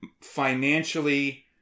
financially